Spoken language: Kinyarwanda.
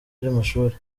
by’amashuri